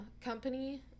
company